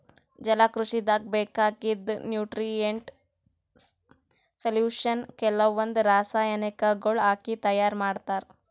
ಜಲಕೃಷಿದಾಗ್ ಬೇಕಾಗಿದ್ದ್ nutrient solution ಕೆಲವಂದ್ ರಾಸಾಯನಿಕಗೊಳ್ ಹಾಕಿ ತೈಯಾರ್ ಮಾಡ್ತರ್